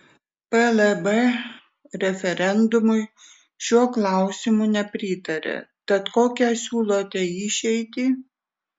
plb referendumui šiuo klausimu nepritarė tad kokią siūlote išeitį